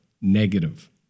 negative